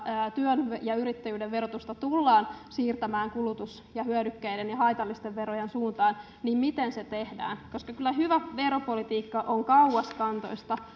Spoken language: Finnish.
työn ja yrittäjyyden verotusta tullaan siirtämään kulutuksen ja hyödykkeiden ja haitallisten verojen suuntaan niin miten se tehdään kyllä hyvä veropolitiikka on kauaskantoista